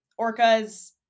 Orcas